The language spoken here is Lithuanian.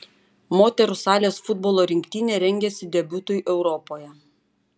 moterų salės futbolo rinktinė rengiasi debiutui europoje